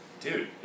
Dude